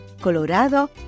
Colorado